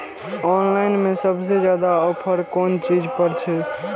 Online में सबसे ज्यादा ऑफर कोन चीज पर छे?